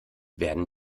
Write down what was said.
werden